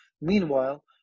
meanwhile